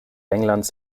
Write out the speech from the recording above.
englands